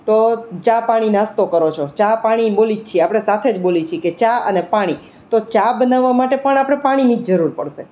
તો ચા પાણી નાસ્તો કરો છો ચા પાણી બોલીએ છીએ આપણે સાથે બોલીએ છીએ કે ચા અને પાણી તો ચા બનાવવા માટે પણ આપણે પાણીની જ જરૂર પડશે